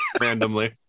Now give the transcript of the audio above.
Randomly